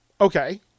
Okay